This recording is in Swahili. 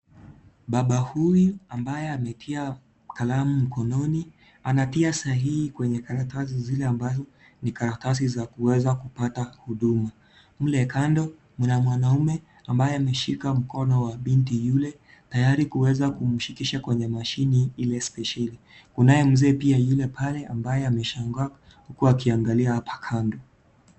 Baba huyu ambaye ametia kalamu mkononi, anatia sahihi kwenye karatasi zile ambazo ni karatsi za kuweza kupata huduma. Mle kando mna mwanaume ambaye ameshika mkono wa binti yule tayari kuweza kumshikisha kwenye mashine ile spesheli. Kunaye mzee pale ameshangaa huku akiangalia hapa kando.